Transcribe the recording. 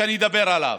שאני אדבר עליו,